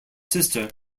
sister